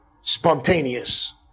Spontaneous